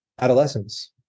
adolescence